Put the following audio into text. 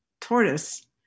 tortoise